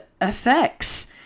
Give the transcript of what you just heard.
effects